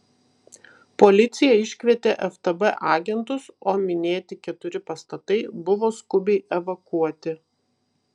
policija iškvietė ftb agentus o minėti keturi pastatai buvo skubiai evakuoti